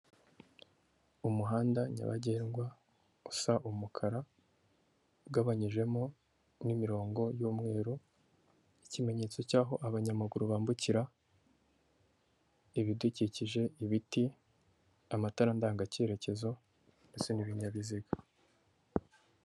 Umuhanda nyabagendwa usa umukara, ugabanyijemo n'imirongo y'umweru, ikimenyetso cy'aho abanyamaguru bambukira, ibidukikije, ibiti, amatara ndangacyerekezo ya ndetse n'ibinyabiziga.